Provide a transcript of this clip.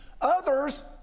Others